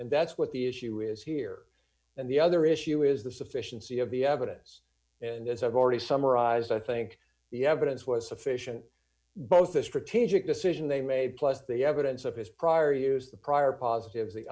and that's what the issue is here and the other issue is the sufficiency of the evidence and as i've already summarized i think the evidence was sufficient both a strategic decision they made plus the evidence of his prior use the prior positives the